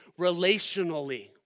relationally